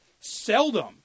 seldom